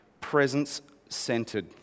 presence-centered